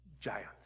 giants